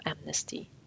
amnesty